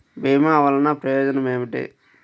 భీమ వల్లన ప్రయోజనం ఏమిటి?